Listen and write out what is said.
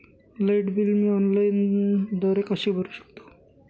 Light bill मी ऑनलाईनद्वारे कसे भरु शकतो?